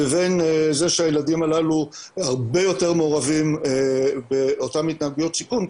לבין זה שהילדים הללו הרבה יותר מעורבים באותן התנהגויות סיכון,